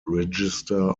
register